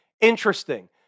interesting